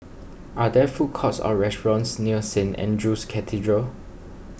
are there food courts or restaurants near Saint andrew's Cathedral